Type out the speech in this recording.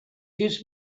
his